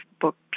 books